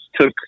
took